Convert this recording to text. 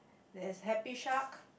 there's happy shark